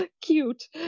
cute